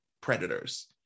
predators